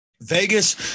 Vegas